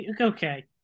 okay